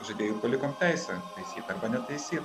žaidėjui palikom teisę taisyt arba netaisyt